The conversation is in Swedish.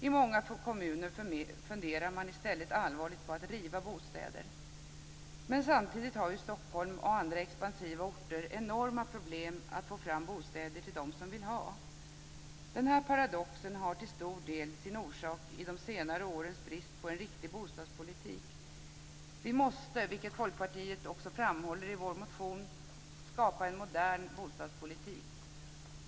I många kommuner funderar man i stället allvarligt på att riva bostäder. Men samtidigt har ju Stockholm och andra expansiva orter enorma problem att få fram bostäder till dem som vill ha. Den här paradoxen har till stor del sin orsak i de senare årens brist på en riktig bostadspolitik. Vi måste, vilket vi i Folkpartiet också framhåller i vår motion, skapa en modern bostadspolitik.